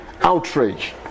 outrage